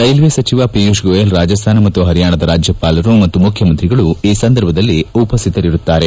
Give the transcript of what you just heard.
railway ಸಚಿವ ಪಿಯೂಷ್ ಗೋಯಲ್ ರಾಜಸ್ತಾನ ಮತ್ತು ಹರಿಯಾಣದ ರಾಜ್ಯಪಾಲರು ಮತ್ತು ಮುಖ್ಯಮಂತ್ರಿಗಳು ಈ ಸಂದರ್ಭದಲ್ಲಿ ಉಪಸ್ಲಿತರಿರುತ್ತಾರೆ